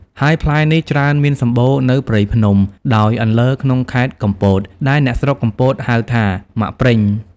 ហើយផ្លែនេះច្រើនមានសម្បូរនៅព្រៃភ្នំ ដោយអន្លើក្នុងខែត្រកំពត ដែលអ្នកស្រុកកំពតហៅថា មាក់ប្រិង។